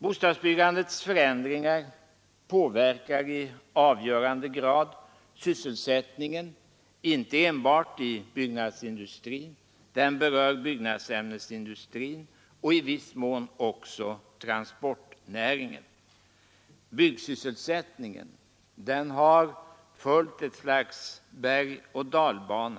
Förändringarna i bostadsbyggandet påverkar i avgörande grad sysselsättningen inte enbart inom byggnadsindustrin utan också inom byggnadsämnesindustrin och i viss mån inom transportnäringen. Byggsysselsättningen har följt ett slags bergoch dalbana.